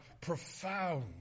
profound